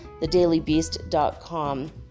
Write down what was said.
thedailybeast.com